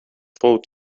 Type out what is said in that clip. فوت